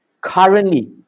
currently